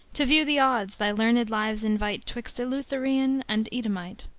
to view the odds thy learned lives invite twixt eleutherian and edomite.